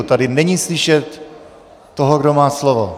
Tady není slyšet toho, kdo má slovo.